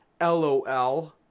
LOL